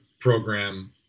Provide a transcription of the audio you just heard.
program